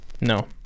No